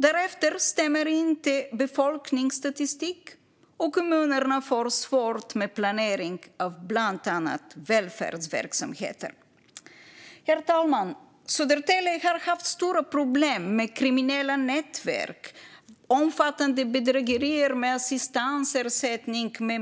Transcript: Därmed stämmer inte befolkningsstatistik och kommunerna får svårt med planering av bland annat välfärdsverksamheter." Herr talman! Södertälje har haft stora problem med kriminella nätverk, omfattande bedrägerier med assistansersättning med